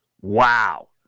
Wow